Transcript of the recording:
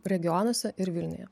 regionuose ir vilniuje